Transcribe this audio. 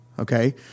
Okay